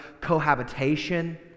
cohabitation